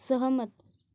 सहमत